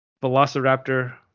Velociraptor